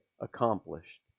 accomplished